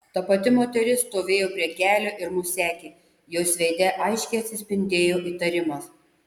ta pati moteris stovėjo prie kelio ir mus sekė jos veide aiškiai atsispindėjo įtarimas